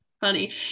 funny